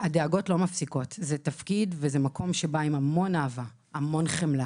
הדאגות לא מפסיקות זה תפקיד שבא עם המון אהבה והמון חמלה.